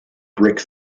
brick